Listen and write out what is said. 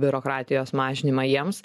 biurokratijos mažinimą jiems